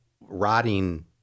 rotting